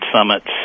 summits